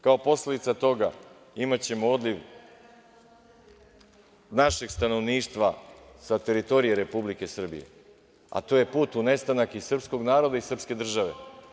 Kao posledica toga imaćemo odliv našeg stanovništva sa teritorije Republike Srbije, a to je put u nestanak i srpskog naroda i srpske države.